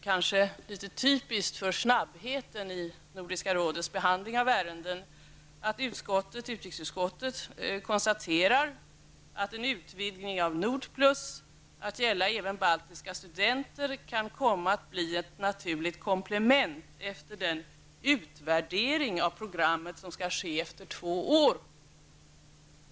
Kanske litet typiskt för Nordiska rådets snabbhet i behandling av ärenden konstaterar utrikesutskottet att en utvidgning av Nordplus till att gälla även baltiska studenter kan komma att bli ett naturligt komplement efter den utvärdering av programmet som skall ske efter två år.